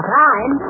time